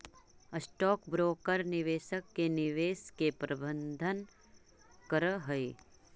stock broker निवेशक के निवेश के प्रबंधन करऽ हई